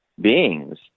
beings